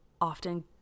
often